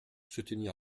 soutenir